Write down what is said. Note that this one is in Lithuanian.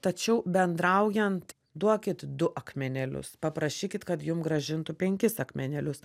tačiau bendraujant duokit du akmenėlius paprašykit kad jum grąžintų penkis akmenėlius